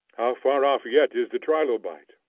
how far off yet is the trilobite!